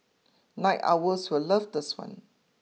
night owls will love this one